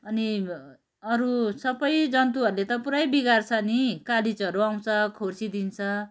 अनि अरू सबै जन्तुहरूले त पुरै बिगार्छ नि कालिजहरू आउँछ खोर्सिदिन्छ